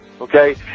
Okay